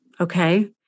Okay